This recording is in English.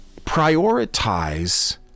prioritize